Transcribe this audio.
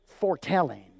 foretelling